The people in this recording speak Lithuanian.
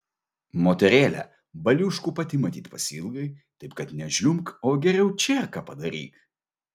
moterėle baliuškų pati matyt pasiilgai taip kad nežliumbk o geriau čierką padaryk